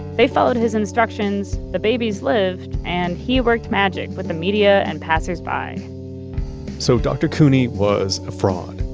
they followed his instructions, the babies lived, and he worked magic with the media and passers-by so dr. couney was a fraud,